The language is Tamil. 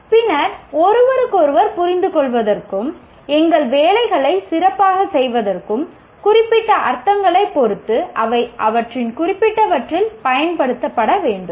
பின்னர் ஒருவருக்கொருவர் புரிந்துகொள்வதற்கும் எங்கள் வேலைகளை சிறப்பாகச் செய்வதற்கும் குறிப்பிட்ட அர்த்தங்களைப் பொறுத்து அவை அவற்றின் குறிப்பிட்டவற்றில் பயன்படுத்தப்பட வேண்டும்